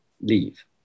leave